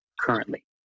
currently